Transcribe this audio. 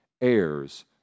heirs